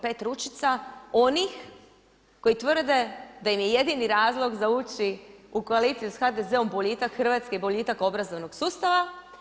Pet ručica onih koji tvrde da im je jedini razlog za ući u koaliciju sa HDZ-om boljitak Hrvatske i boljitak obrazovnog sustava.